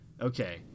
Okay